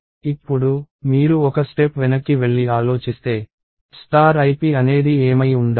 ఇప్పుడు మీరు ఒక స్టెప్ వెనక్కి వెళ్లి ఆలోచిస్తే ip అనేది ఏమై ఉండాలి